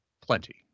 plenty